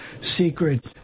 secret